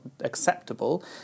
acceptable